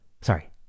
Sorry